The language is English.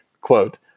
quote